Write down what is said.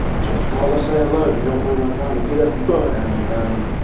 just because i say i love you don't mean i'm trying to get up your butt or anything.